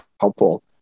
helpful